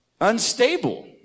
Unstable